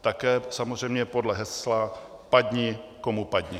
Také samozřejmě podle hesla padni komu padni.